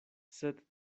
sed